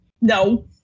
No